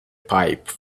pipe